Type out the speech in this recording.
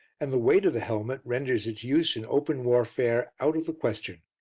and the weight of the helmet renders its use in open warfare out of the question.